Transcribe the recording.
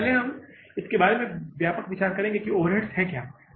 पहले हम इस बारे में व्यापक विचार करेंगे कि ओवरहेड्स क्या हैं